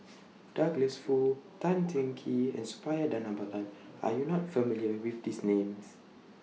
Douglas Foo Tan Teng Kee and Suppiah Dhanabalan Are YOU not familiar with These Names